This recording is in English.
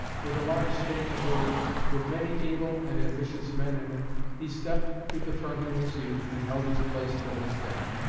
with a large state majority, with many able and ambitious men in it, he stepped to the front in his youth and held his place till his death.